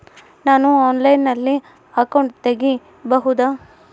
ನಾನು ಆನ್ಲೈನಲ್ಲಿ ಅಕೌಂಟ್ ತೆಗಿಬಹುದಾ?